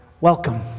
welcome